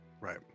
Right